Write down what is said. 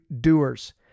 doers